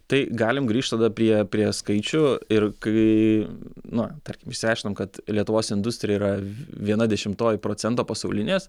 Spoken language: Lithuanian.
tai galim grįžt tada prie prie prie skaičių ir kai na tarkim išsiaiškinom kad lietuvos industrija yra viena dešimtoji procento pasaulinės